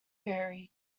very